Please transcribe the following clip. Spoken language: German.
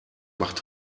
macht